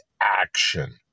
action